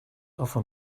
offer